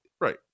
right